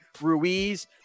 Ruiz